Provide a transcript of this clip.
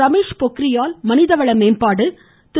ரமேஷ் பொக்ரியால் மனிதவள மேம்பாடு திரு